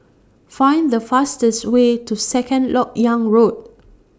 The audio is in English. Find The fastest Way to Second Lok Yang Road